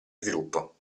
sviluppo